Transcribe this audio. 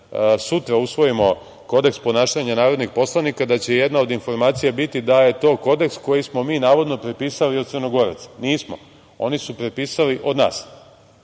sutra usvojimo kodeks ponašanja narodnih poslanika da će jedna od informacija biti da je to kodeks koji smo mi navodno prepisali od Crnogoraca. Nismo. Oni su prepisali od nas